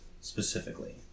specifically